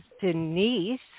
Denise